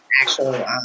Actual